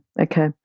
okay